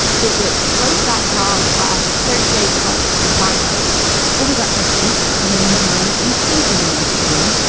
visit slate dot com slash thursday plus to sign up we'll be back next week. in the meantime, we think you know what to do.